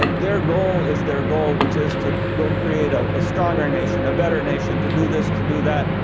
ah their goal is their goal, which is to go create ah a stronger nation, a better nation to do this, to do that.